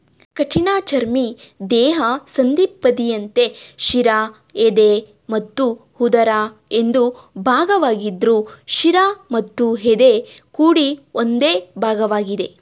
ಕಠಿಣಚರ್ಮಿ ದೇಹ ಸಂಧಿಪದಿಯಂತೆ ಶಿರ ಎದೆ ಮತ್ತು ಉದರ ಎಂದು ಭಾಗವಾಗಿದ್ರು ಶಿರ ಮತ್ತು ಎದೆ ಕೂಡಿ ಒಂದೇ ಭಾಗವಾಗಿದೆ